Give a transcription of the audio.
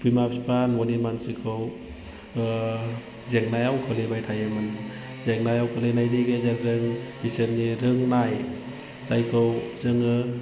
बिमा बिफा न'नि मानसिखौ जेंनायाव खोलैबाय थायोमोन जेंनायाव खोलैनायनि गेजेरजों बिसोरनि रोंनाय जायखौ जोङो